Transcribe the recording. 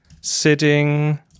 sitting